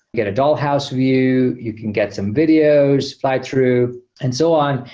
get a dollhouse view. you can get some videos, fly through and so on.